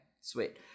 sweet